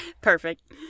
Perfect